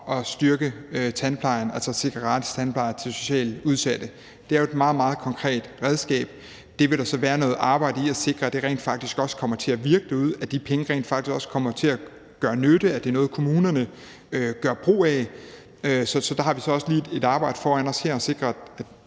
at styrke tandplejen, altså sikre gratis tandpleje til socialt udsatte. Det er jo et meget, meget konkret redskab. Der vil så være noget arbejde i at sikre, at det rent faktisk også kommer til at virke derude, altså at de penge rent faktisk også kommer til at gøre nytte, at det er noget, kommunerne gør brug af. Så der har vi så også lige et arbejde foran os med at sikre,